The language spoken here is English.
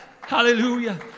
Hallelujah